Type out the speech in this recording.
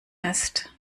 ist